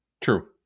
True